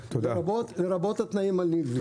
לרבות התנאים הנלווים.